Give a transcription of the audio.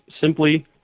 simply